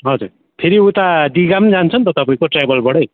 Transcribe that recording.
हजुर फेरि उता दिघा पनि जान्छ नि त तपाईँको ट्राभलबाटै